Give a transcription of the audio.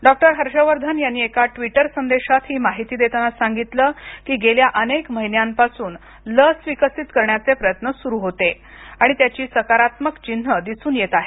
doctor Harsh Vardhan यांनी एका Twitter संदेशात ही माहिती देताना सांगितलं की गेल्या अनेक महिन्यांपासूनही लस विकसित करण्याचे प्रयत्न सुरु होते आणि त्याची सकारात्मक चिन्हे दिसून येत आहे